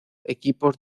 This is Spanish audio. equipos